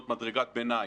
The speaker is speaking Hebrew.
צריכה להיות מדרגת ביניים.